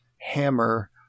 Hammer